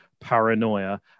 paranoia